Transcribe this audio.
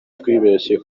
twibeshye